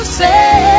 say